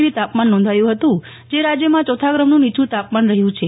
ગ્રી તાપમાન નોંધાયું હતું જે રાજ્યમાં ચોથા ક્રમનું નીચે તાપમાન રહ્યું છે